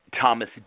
Thomas